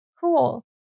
cool